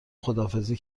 خداحافظی